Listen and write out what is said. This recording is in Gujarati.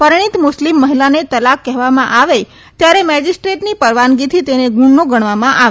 પરણિત મુસ્લિમ મહિલાને તલાક કહેવામાં આવે ત્યારે મેજીસ્ટ્રેટની પરવાનગીથી તેને ગુનો ગણવામાં આવે